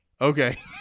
Okay